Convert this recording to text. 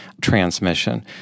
transmission